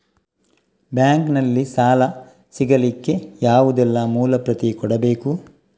Bank ನಲ್ಲಿ ಸಾಲ ಸಿಗಲಿಕ್ಕೆ ಯಾವುದೆಲ್ಲ ಮೂಲ ಪ್ರತಿ ಕೊಡಬೇಕು?